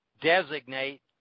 designate